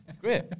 great